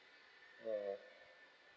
mm